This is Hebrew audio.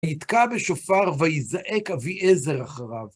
ויתקע בשופר, וייזעק אבי עזר אחריו.